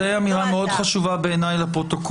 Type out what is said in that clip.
בעיניי זו אמירה מאוד חשובה לפרוטוקול